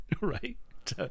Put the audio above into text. right